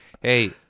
Hey